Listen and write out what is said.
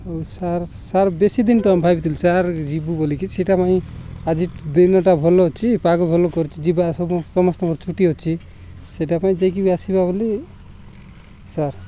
ହଉ sir sir ବେଶୀ ଦିନଠୁ ଆମେ ଭାବିଥିଲୁ ସାର୍ ଯିବୁ ବୋଲିକି ସେଇଟା ପାଇଁ ଆଜି ଦିନଟା ଭଲ ଅଛି ପାଗ ଭଲ କରୁଛି ଯିବା ସମସ୍ତ ସମସ୍ତଙ୍କର ଛୁଟି ଅଛି ସେଇଟା ପାଇଁ ଯାଇକି ବି ଆସିବା ବୋଲି ସାର୍